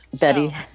Betty